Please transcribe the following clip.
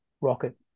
rocket